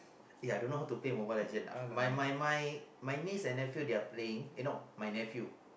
eh I don't know how to play Mobile Legend my my my my niece and nephew they are playing eh no my nephew